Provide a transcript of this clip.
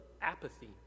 apathy